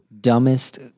dumbest